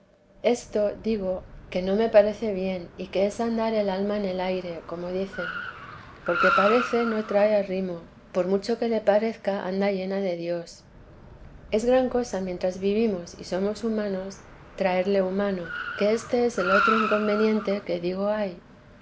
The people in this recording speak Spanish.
esto digo que no me parece bien y que es andar el alma en el aire como dicen porque parece no trae arrimo por mucho que le parezca anda llena de dios es gran cosa mientras vivimos y somos humanos traerle humano que este es el otro inconveniente que digo hay